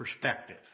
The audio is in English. perspective